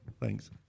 Thanks